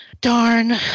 Darn